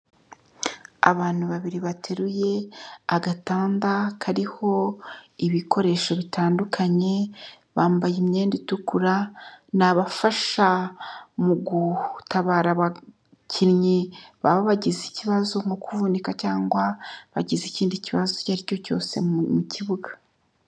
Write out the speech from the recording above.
Abantu babiri bateruye agatanda kariho ibikoresho bitandukanye, bambaye imyenda itukura ni abafasha mu gutabara abakinnyi baba bagize ikibazo nko kuvunika cyangwa bagize ikindi kibazo icyo ari cyo cyose mu kibuga.